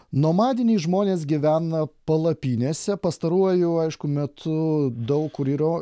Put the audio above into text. nomadiniai žmonės gyvena palapinėse pastaruoju aišku metu daug kur yra